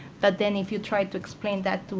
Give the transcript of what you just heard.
but then if you tried to explain that